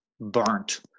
burnt